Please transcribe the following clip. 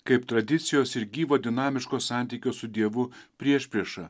kaip tradicijos ir gyvo dinamiško santykio su dievu priešpriešą